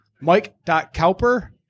Mike.cowper